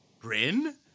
Bryn